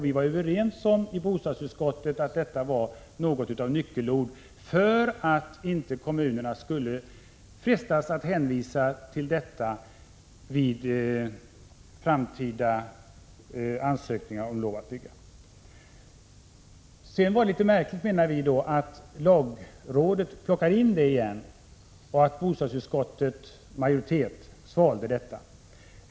Vi var i bostadsutskottet överens om att det här var något av nyckelord för att kommunerna inte skulle frestas att hänvisa till saken vid framtida ansökningar om lov att bygga. Det är litet märkligt, menar vi, att lagrådet plockade in dessa bestämmelser igen och att bostadsutskottets majoritet svalde det här.